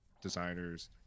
designers